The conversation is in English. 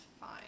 fine